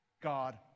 God